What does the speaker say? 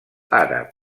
àrab